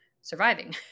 surviving